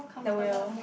the whale